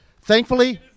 Thankfully